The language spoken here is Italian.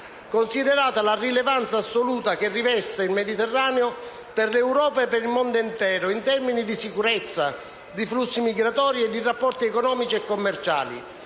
considerando la rilevanza assoluta che riveste il Mediterraneo per l'Europa e per il mondo intero in termini di sicurezza, flussi migratori e rapporti economici e commerciali